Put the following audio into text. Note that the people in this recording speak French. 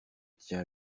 tiens